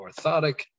orthotic